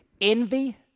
envy